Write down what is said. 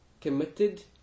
committed